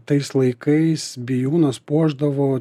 tais laikais bijūnas puošdavo